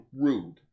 rude